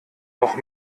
noch